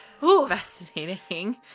fascinating